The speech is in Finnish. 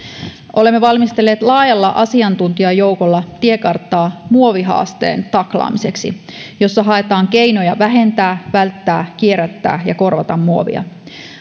olemme valmistelleet laajalla asiantuntijajoukolla tiekarttaa muovihaasteen taklaamiseksi jossa haetaan keinoja vähentää välttää kierrättää ja korvata muovia